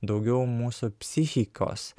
daugiau mūsų psichikos